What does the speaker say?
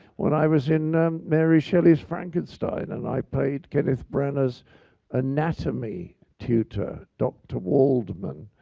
when i was in mary shelley's frankenstein and i played kenneth branagh's anatomy tutor, dr. waldman,